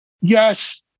Yes